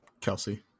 Kelsey